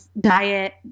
diet